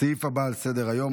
הסעיף הבא על סדר-היום,